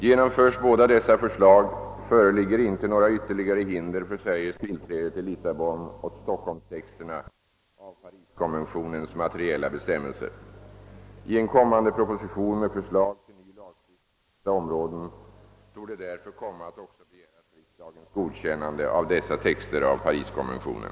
Genomförs båda dessa förslag, föreligger inte några ytterligare hinder för Sveriges tillträde till Lissabonoch Stockholmstexterna av Pariskonventionens materiella bestämmelser. I en kommande proposition med förslag till ny lagstiftning på dessa områden torde därför också begäras riksdagens godkännande av dessa texter av Pariskonventionen.